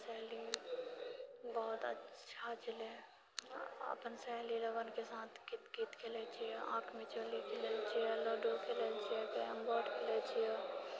हमर सहेली बहुत अच्छा छलह अपन सहेली लोगनके साथ कितकित खेलैत छियै आँख मिचौली खेलैत छियै लूडो खेलैत छियै कैरम बोर्ड खेलैत छियै